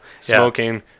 Smoking